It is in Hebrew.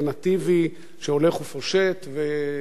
שהולך ופושט.